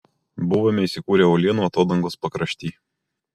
buvome įsikūrę uolienų atodangos pakrašty